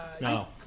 No